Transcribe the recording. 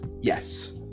Yes